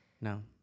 No